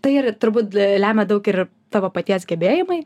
tai ir turbūt lemia daug ir tavo paties gebėjimai